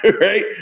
right